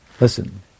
Listen